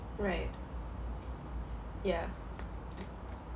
right yeah